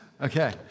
Okay